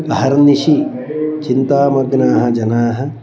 अहर्निशि चिन्तामग्नाः जनाः